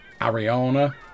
ariana